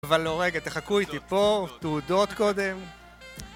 אבל לא רגע, תחכו איתי פה, תעודות קודם